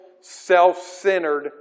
self-centered